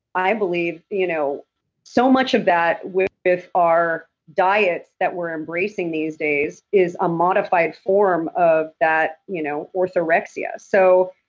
i believe, you know so much of that with with our diets that we're embracing these days, is a modified form of that you know orthorexia so,